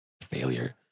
Failure